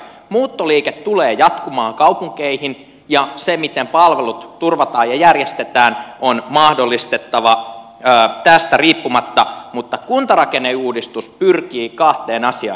muuttoliike tulee jatkumaan kaupunkeihin ja se miten palvelut turvataan ja järjestetään on mahdollistettava tästä riippumatta mutta kuntarakenneuudistus pyrkii kahteen asiaan